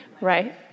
Right